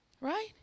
Right